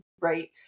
right